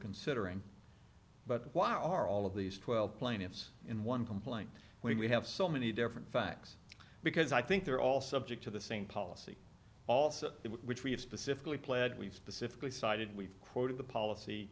considering but why are all of these twelve plaintiffs in one complaint when we have so many different facts because i think they're all subject to the same policy also which we have specifically pled we've specifically cited we've quoted the